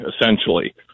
essentially